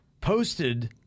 posted